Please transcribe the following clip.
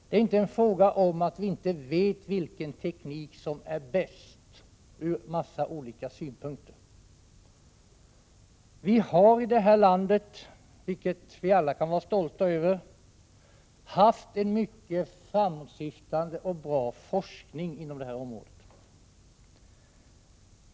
Det handlar inte om att vi inte vet vilken teknik som är bäst ur en rad olika synpunkter. Vi har i det här landet, vilket vi alla kan vara stolta över, haft en mycket framåtsyftande och bra forskning på detta område.